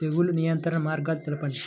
తెగులు నివారణ మార్గాలు తెలపండి?